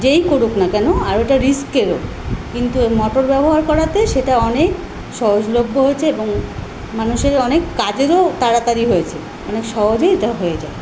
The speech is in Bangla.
যেই করুক না কেন আর ওটা রিস্কেরও কিন্তু এই মোটর ব্যবহার করাতে সেটা অনেক সহজলভ্য হয়েছে এবং মানুষের অনেক কাজেরও তাড়াতাড়ি হয়েছে অনেক সহজেই এটা হয়ে যায়